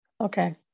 okay